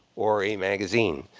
or a magazine.